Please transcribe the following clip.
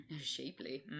Shapely